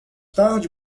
tarde